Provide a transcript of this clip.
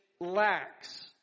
lacks